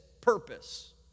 purpose